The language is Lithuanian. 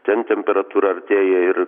ten temperatūra artėja ir